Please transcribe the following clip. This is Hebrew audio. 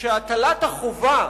שהטלת החובה